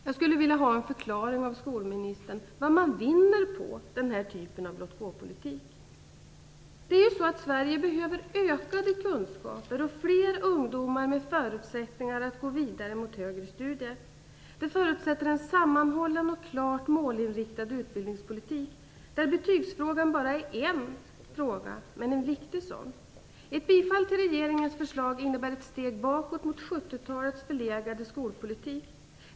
Jag skulle vilja ha en förklaring av skolministern på vad man vinner på den här typen av låt-gå-politik. Sverige behöver ökade kunskaper och fler ungdomar med förutsättningar att gå vidare mot högre studier. Det förutsätter en sammanhållen och klart målinriktad utbildningspolitik, där betygsfrågan bara är en fråga, men en viktig sådan. Ett bifall till regeringens förslag innebär ett steg bakåt mot 70-talets förlegade skolpolitik.